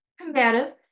combative